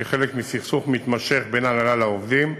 כחלק מסכסוך מתמשך בין ההנהלה לעובדים.